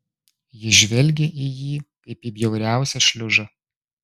ji žvelgė į jį kaip į bjauriausią šliužą